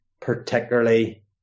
particularly